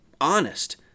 honest